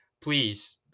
please